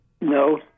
No